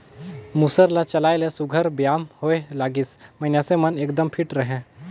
मूसर ल चलाए ले सुग्घर बेयाम होए लागिस, मइनसे मन एकदम फिट रहें